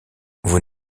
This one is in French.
vous